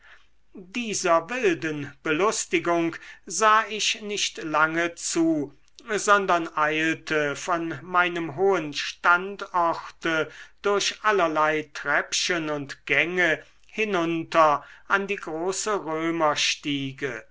dieser wilden belustigung sah ich nicht lange zu sondern eilte von meinem hohen standorte durch allerlei treppchen und gänge hinunter an die große